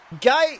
Guy